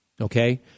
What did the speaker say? okay